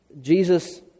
Jesus